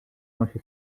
nosi